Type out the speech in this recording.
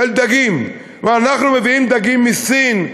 ואנחנו מביאים דגים מסין,